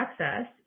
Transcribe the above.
access